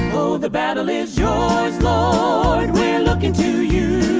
oh the battle is yours lord we're lookin to you